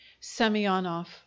semyonov